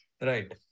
right